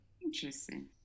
interesting